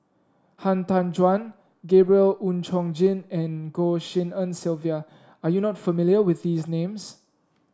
Han Tan Juan Gabriel Oon Chong Jin and Goh Tshin En Sylvia are you not familiar with these names